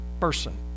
person